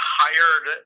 hired